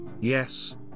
yes